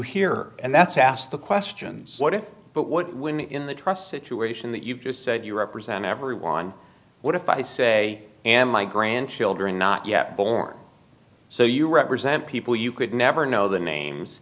here and that's asked the questions what if but what when the in the trust situation that you just said you represent everyone what if i say and my grandchildren not yet born so you represent people you could never know the names